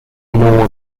more